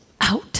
out